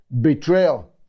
betrayal